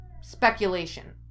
speculation